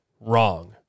wrong